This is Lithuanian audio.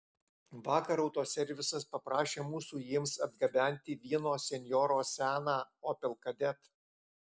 vakar autoservisas paprašė mūsų jiems atgabenti vieno senjoro seną opel kadett